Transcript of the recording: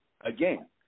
Again